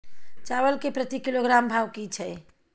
चावल के प्रति किलोग्राम भाव की छै?